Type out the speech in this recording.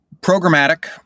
programmatic